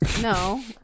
No